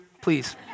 please